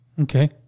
okay